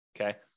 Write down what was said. Okay